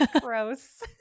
Gross